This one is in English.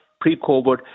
pre-COVID